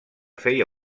feia